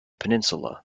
peninsula